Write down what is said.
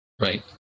Right